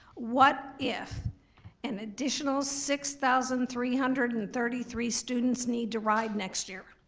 what if an additional six thousand three hundred and thirty three students need to ride next year?